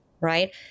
right